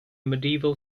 medieval